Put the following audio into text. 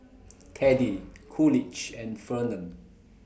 Teddie Coolidge and Fernand